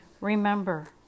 Remember